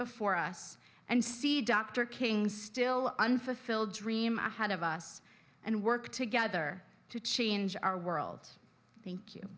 before us and see dr king's still unfulfilled dream ahead of us and work together to change our world thank you